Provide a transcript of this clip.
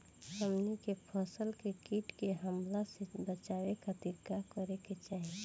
हमनी के फसल के कीट के हमला से बचावे खातिर का करे के चाहीं?